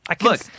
Look